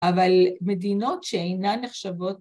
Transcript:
‫אבל מדינות שאינן נחשבות...